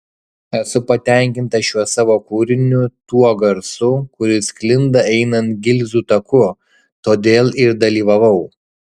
esu patenkinta šiuo savo kūriniu tuo garsu kuris sklinda einant gilzių taku todėl ir dalyvavau